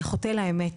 זה חוטא לאמת,